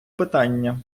питання